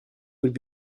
would